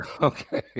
Okay